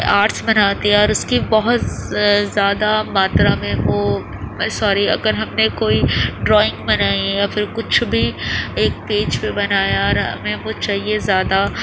arts بناتے ہیں اور اس کی بہت زیادہ ماترا میں وہ ساری اگر ہم نے کوئی ڈرائنگ بنائی ہے یا پھر کچھ بھی ایک پیچ بھی بنایا ہے اور ہمیں کچھ چاہیے زیادہ